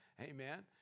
Amen